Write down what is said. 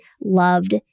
loved